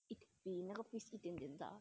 it 你那个 place 一点点大